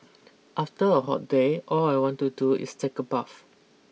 after a hot day all I want to do is take a bath